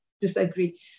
disagree